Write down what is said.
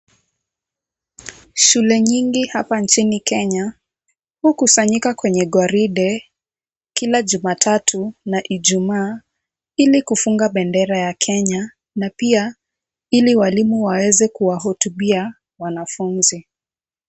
Shule nyingi hapa nchini Kenya, hukusanyika kwenye gwaride Kila Jumatatu na Ijumaa ili kufunga bendera ya Kenya na pia ili walimu waeze kuwahutubia wanafunzi.